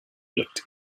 looked